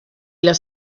los